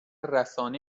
رسانه